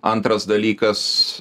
antras dalykas